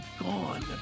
gone